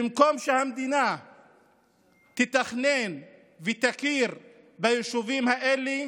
במקום שהמדינה תתכנן ותכיר ביישובים האלה,